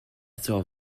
saw